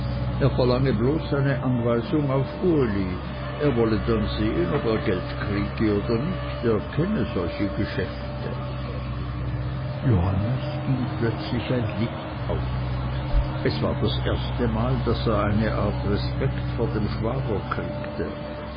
er verlange bloß eine anweisung auf uli er wolle dann sehen ob er geld kriege oder nicht er kenne solche geschäfte johannes ging plötzlich ein licht auf es war das erstemal daß er eine art respekt vor dem schwager kriegte